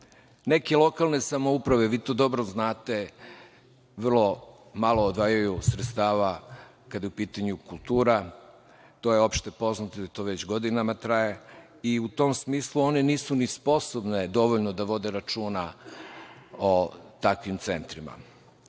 nas. Neke lokalne samouprave, i vi to dobro znate, vrlo malo odvajaju sredstava kada je u pitanju kultura. To je opšte poznato da to već godinama traje i u tom smislu one nisu ni sposobno dovoljno da vode računa o takvim